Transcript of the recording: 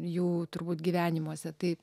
jų turbūt gyvenimuose tai